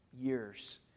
years